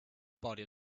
body